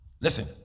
Listen